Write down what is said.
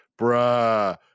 bruh